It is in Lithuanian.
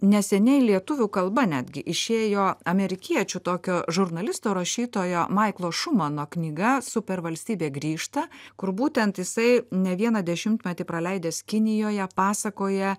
neseniai lietuvių kalba netgi išėjo amerikiečių tokio žurnalisto rašytojo maiklo šumano knyga supervalstybė grįžta kur būtent jisai ne vieną dešimtmetį praleidęs kinijoje pasakoja